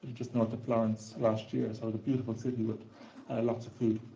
just north of florence last year. so a beautiful city with lots of food.